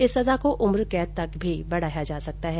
इस सजा को उम्र कैद तक भी बढाया जा सकता है